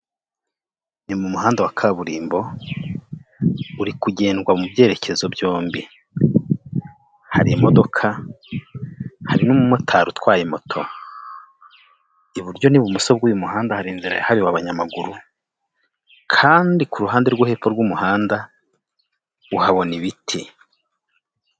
Ni mu muhanda wa kaburimbo uri kugendwa mu byerekezo byombi, hari imodoka, hari n'umumotari utwaye moto. Iburyo n'ibumoso bw'uyu muhanda hari inzira yahariwe abanyamaguru kandi ku ruhande rwo hepfo rw'umuhanda uhabona ibiti.